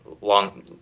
long